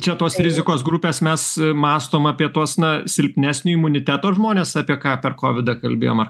čia tos rizikos grupės mes mąstom apie tuos na silpnesnio imuniteto žmones apie ką per kovidą kalbėjom